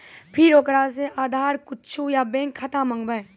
फिर ओकरा से आधार कद्दू या बैंक खाता माँगबै?